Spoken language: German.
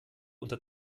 unter